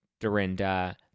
Dorinda